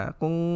kung